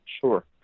Sure